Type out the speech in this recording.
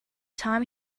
time